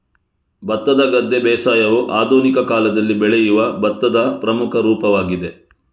ಭತ್ತದ ಗದ್ದೆ ಬೇಸಾಯವು ಆಧುನಿಕ ಕಾಲದಲ್ಲಿ ಬೆಳೆಯುವ ಭತ್ತದ ಪ್ರಮುಖ ರೂಪವಾಗಿದೆ